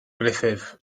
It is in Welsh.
gruffudd